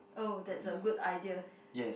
oh that's a good idea